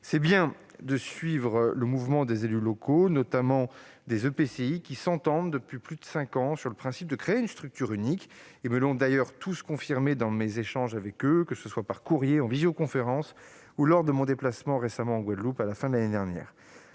pour objet de suivre le chemin tracé par les élus locaux, notamment ceux des EPCI, qui s'accordent depuis plus de cinq ans sur le principe de la création d'une structure unique. Ils me l'ont d'ailleurs tous confirmé lors de nos échanges, que ce soit par courrier, en visioconférence ou lors de mon déplacement en Guadeloupe à la fin de l'année dernière.